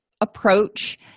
approach